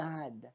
God